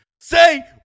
Say